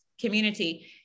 community